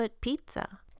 Pizza